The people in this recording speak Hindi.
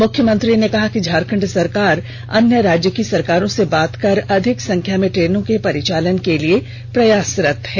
मुख्यमंत्री ने कहा कि झारखण्ड सरकार अन्य राज्य की सरकारों से बात कर अधिक संख्या में ट्रेनों के परिचालन के लिए प्रयासरत है